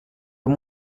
amb